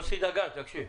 יוסי דגן, תקשיב,